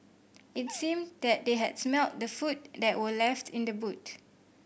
it seemed that they had smelt the food that were left in the boot